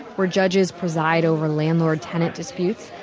where judges preside over landlord-tenant disputes,